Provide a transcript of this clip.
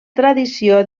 tradició